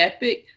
Epic